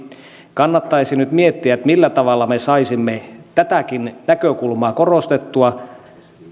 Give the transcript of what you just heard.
kannattaisi nyt miettiä millä tavalla me saisimme tätäkin näkökulmaa korostettua